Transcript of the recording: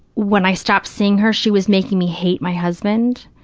when i stopped seeing her, she was making me hate my husband,